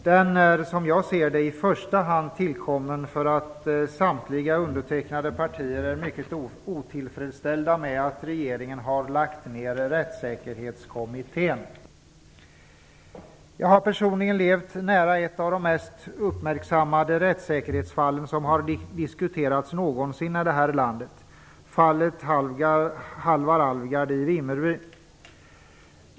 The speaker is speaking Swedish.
Den är som jag ser det i första hand tillkommen för att samtliga undertecknande partier är mycket otillfredsställda med att regeringen har lagt ner rättssäkerhetskommittén. Jag har personligen levt nära ett av de mest uppmärksammade rättssäkerhetsfallen som någonsin har diskuterats i det här landet - fallet Halvar Alvgard i Vimmerby.